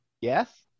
Yes